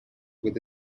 with